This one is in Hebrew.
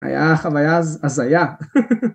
היה חוויה הזיה.